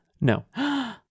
No